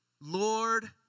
Lord